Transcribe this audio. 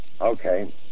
Okay